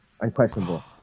unquestionable